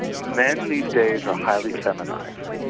men these days are highly feminized,